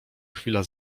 chwila